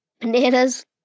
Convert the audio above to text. bananas